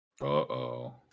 Uh-oh